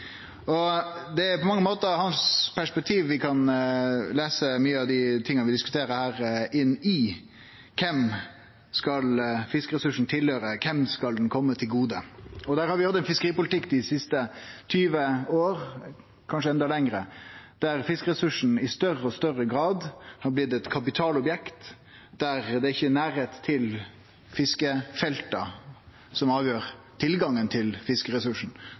dag. Det er på mange måtar hans perspektiv vi kan lese i mange av dei tinga vi diskuterer: Kven skal fiskeressursen tilhøyre, kven skal han kome til gode? Vi har hatt ein fiskeripolitikk dei siste 20 åra, kanskje enda lenger, der fiskeressursen i større og større grad har blitt eit kapitalobjekt, der det ikkje er nærleik til fiskefelta som avgjer tilgangen til